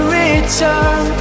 return